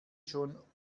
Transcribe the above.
schon